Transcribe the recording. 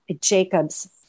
Jacob's